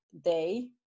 day